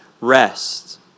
rest